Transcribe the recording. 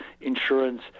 insurance